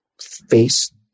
face